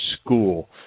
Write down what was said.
school